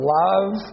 love